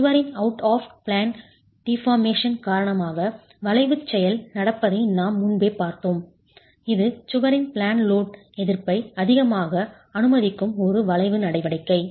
சுவரின் out of plane deformation காரணமாக வளைவுச் செயல் நடப்பதை நாம் முன்பே பார்த்தோம் இது சுவரின் ப்ளேன் லோட் எதிர்ப்பை அதிகமாக அனுமதிக்கும் ஒரு வளைவு நடவடிக்கை